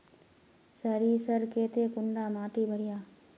सरीसर केते कुंडा माटी बढ़िया?